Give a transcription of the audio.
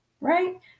Right